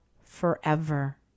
forever